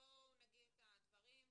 בואו נגיד את הדברים,